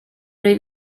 wyf